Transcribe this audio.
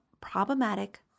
problematic